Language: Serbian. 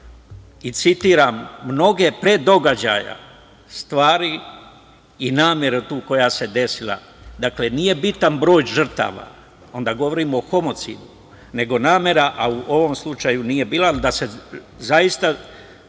i citiram mnoge pre događaja stvari i namera tu koja se desila. Dakle, nije bitan broj žrtava, onda govorimo o homocidu, nego namera u ovom slučaju nije bila, ali da se zaista